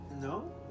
no